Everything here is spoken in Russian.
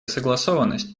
согласованность